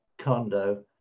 condo